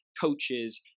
coaches